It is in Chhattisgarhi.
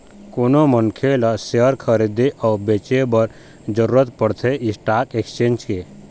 कोनो मनखे ल सेयर खरीदे अउ बेंचे बर जरुरत पड़थे स्टाक एक्सचेंज के